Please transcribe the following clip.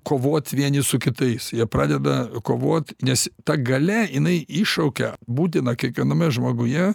kovot vieni su kitais jie pradeda kovot nes ta galia jinai iššaukia būtiną kiekviename žmoguje